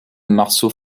marceau